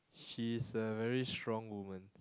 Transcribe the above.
she's a very strong woman